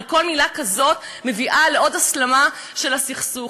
הרי כל מילה כזאת מביאה לעוד הסלמה של הסכסוך.